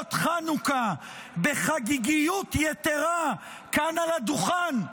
נרות חנוכה בחגיגיות יתרה כאן, על הדוכן,